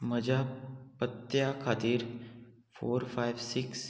म्हज्या पत्त्या खातीर फोर फायव सिक्स